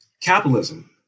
Capitalism